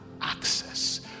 access